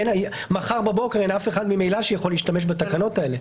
מחר בבוקר ממילא אין אף אחד שיכול להשתמש בתקנות האלה.